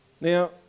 Now